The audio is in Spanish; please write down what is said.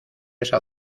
esa